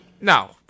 No